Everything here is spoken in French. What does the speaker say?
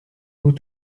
vous